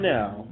now